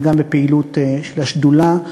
וגם בפעילות של השדולה.